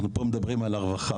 אנחנו פה מדברים על הרווחה,